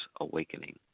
awakening